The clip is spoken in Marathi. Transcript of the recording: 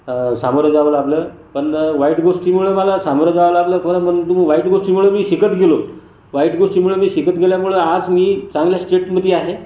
सामोरं जावं लागलं पण वाईट गोष्टीमुळं मला सामोरं जावं लागलं परंतु वाईट गोष्टीमुळं मी शिकत गेलो वाईट गोष्टीमुळं मी शिकत गेल्यामुळं आज मी चांगल्या स्टेटमध्ये आहे